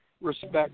respect